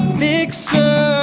fixer